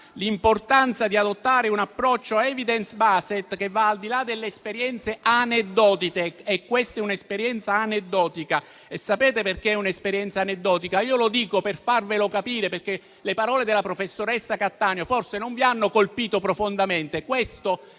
l'importanza di adottare un approccio *evidence based* che vada al di là delle esperienze aneddotiche, e questa è un'esperienza aneddotica. Sapete perché è un'esperienza aneddotica? Lo dico per farvelo capire, perché le parole della professoressa Cattaneo forse non vi hanno colpito profondamente.